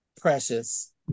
precious